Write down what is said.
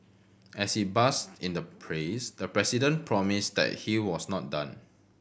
as he basked in the praise the president promised that he was not done